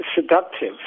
seductive